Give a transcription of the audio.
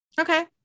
Okay